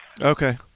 Okay